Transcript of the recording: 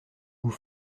goût